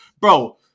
Bro